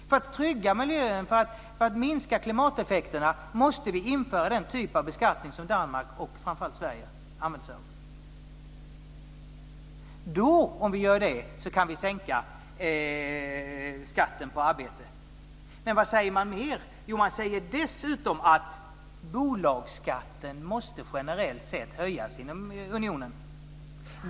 För att trygga miljön och minska klimateffekterna måste vi införa den typ av beskattning som Danmark och framför allt Sverige använder sig av. Då, om vi gör det, kan vi sänka skatten på arbete. Vad säger man mer? Jo, man säger dessutom att bolagsskatten generellt sett måste höjas inom unionen.